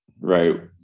right